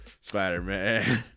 Spider-Man